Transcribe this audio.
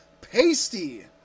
Pasty